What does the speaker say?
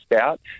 out